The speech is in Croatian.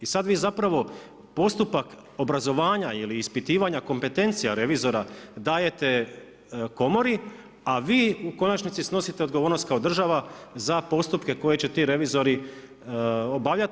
I sad vi zapravo postupak obrazovanja ili ispitivanja kompetencija revizora dajete komori, a vi u konačnici snosite odgovornost kao država za postupke koje će ti revizori obavljati.